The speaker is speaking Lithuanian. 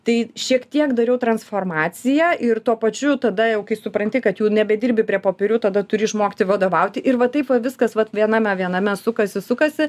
tai šiek tiek dariau transformaciją ir tuo pačiu tada jau kai supranti kad jau nebedirbi prie popierių tada turi išmokti vadovauti ir va taip va viskas vat viename viename sukasi sukasi